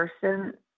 person